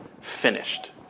finished